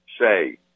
say